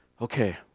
okay